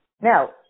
Now